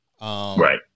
Right